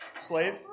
slave